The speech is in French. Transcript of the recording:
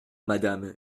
madame